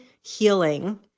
healing